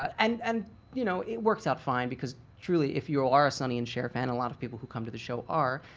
and and you know it worked out fine because truly if you are a sonny and cher fan, like a lot of people who come to the show are,